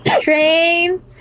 train